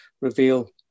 reveal